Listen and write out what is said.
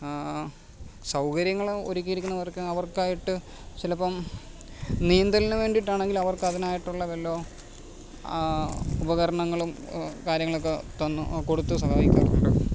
സൗകര്യങ്ങൾ ഒരുക്കിയിരിക്കുന്നവർക്ക് അവർക്കായിട്ട് ചിലപ്പം നീന്തലിന് വേണ്ടിയിട്ടാണെങ്കിൽ അവർക്കതിനായിട്ടുള്ള വെള്ളവും ഉപകരണങ്ങളും കാര്യങ്ങളൊക്കെ തന്നു കൊടുത്തു സഹായിക്കാറുണ്ട്